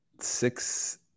Six